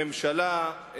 הממשלה,